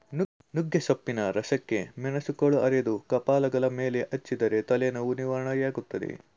ನುಗ್ಗೆಸೊಪ್ಪಿನ ರಸಕ್ಕೆ ಮೆಣಸುಕಾಳು ಅರೆದು ಕಪಾಲಗಲ ಮೇಲೆ ಹಚ್ಚಿದರೆ ತಲೆನೋವು ನಿವಾರಣೆಯಾಗ್ತದೆ